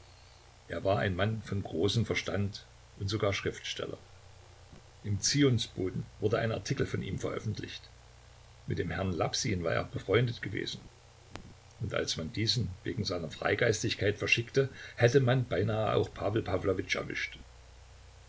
er war ein mann von großem verstande und sogar schriftsteller im ziosboten wurde ein artikel von ihm veröffentlicht mit dem herrn laien war er befreundet gewesen und als man diesen wegen seiner freigeistigkeit verschickte hätte man beinahe auch pawel pawlowitsch erwischt